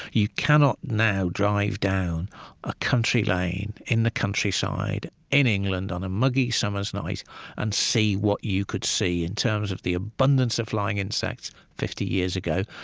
you cannot now drive down a country lane in the countryside in england on a muggy summer's night and see what you could see, in terms of the abundance of flying insects fifty years ago.